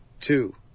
two